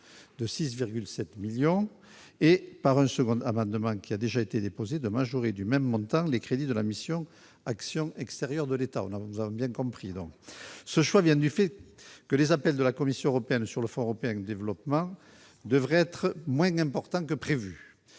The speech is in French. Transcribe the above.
de 6,7 millions d'euros. Un second amendement, qui a déjà été déposé, vise à majorer du même montant les crédits de la mission « Action extérieure de l'État ». Ce choix vient du fait que les appels de la Commission européenne pour le Fonds européen de développement devraient être moins importants que prévu,